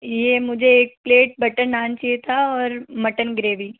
ये मुझे एक प्लेट बटर नान चाहिए था और मटन ग्रेवी